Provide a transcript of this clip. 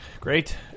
great